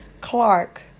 Clark